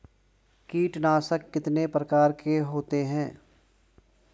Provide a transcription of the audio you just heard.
कीटनाशक कितने प्रकार के होते हैं?